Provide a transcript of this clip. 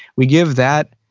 we give that,